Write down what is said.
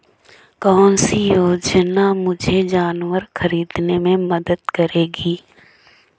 कौन सी योजना मुझे जानवर ख़रीदने में मदद करेगी?